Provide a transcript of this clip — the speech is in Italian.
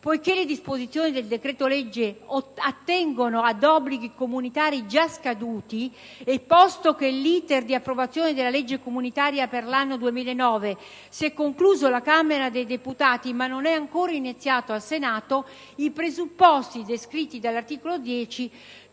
Poiché le disposizioni del decreto-legge attengono ad obblighi comunitari già scaduti e posto che l'*iter* di approvazione della legge comunitaria per l'anno 2009 si è concluso alla Camera dei deputati ma non è ancora iniziato al Senato della Repubblica, i presupposti descritti dall'articolo 10